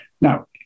Now